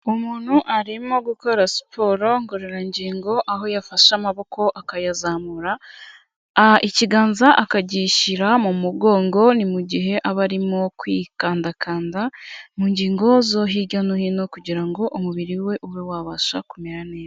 Umuntu arimo gukora siporo ngororangingo aho yafashe amaboko akayazamura, ikiganza akagishyira mu mugongo. Ni mu gihe aba arimo kwikandakanda mu ngingo zo hirya no hino kugira ngo umubiri we ube wabasha kumera neza.